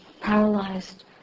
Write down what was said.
paralyzed